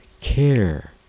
care